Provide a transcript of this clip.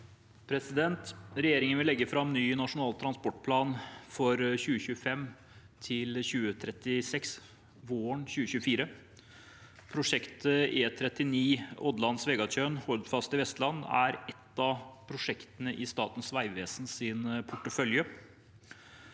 Regjeringen vil legge fram ny nasjonal transportplan for 2025–2036 våren 2024. Prosjektet E39 Ådland–Svegatjørn i Hordfast i Vestland er et av prosjektene i Statens vegvesens portefølje.